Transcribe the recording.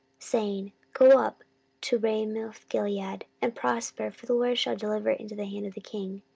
saying, go up to ramothgilead, and prosper for the lord shall deliver it into the hand of the king.